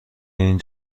این